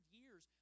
years